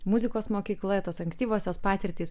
muzikos mokykla tos ankstyvosios patirtys